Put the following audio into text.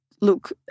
look